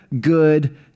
good